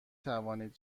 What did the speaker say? توانید